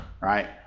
right